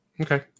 Okay